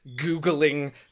Googling